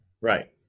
right